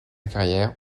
carrière